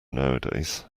nowadays